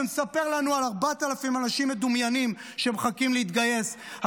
שמספר לנו על 4,000 אנשים מדומיינים שמחכים להתגייס,